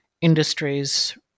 industries